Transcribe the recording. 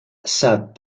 sat